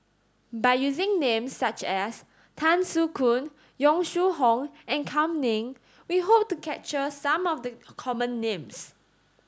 by using names such as Tan Soo Khoon Yong Shu Hoong and Kam Ning we hope to capture some of the common names